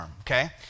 okay